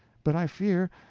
but i fear,